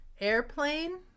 airplane